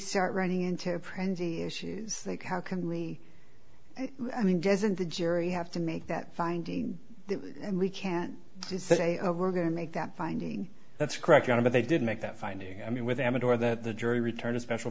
start running into print issues like how can we i mean doesn't the jury have to make that finding and we can't just say we're going to make that finding that's correct on but they did make that finding i mean with amador that the jury returned a special